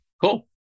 Cool